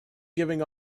giving